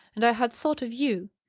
and i had thought of you.